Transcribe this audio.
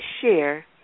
share